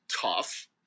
tough